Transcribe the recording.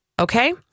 okay